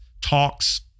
talks